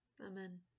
Amen